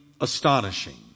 astonishing